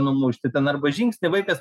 numušti ten arba žingsnį vaikas